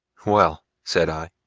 well, said i,